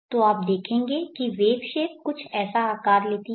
तो आप देखेंगे कि वेवशेप कुछ ऐसा आकार लेती है